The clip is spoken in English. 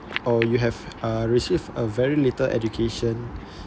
or you have uh received a very little education